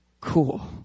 cool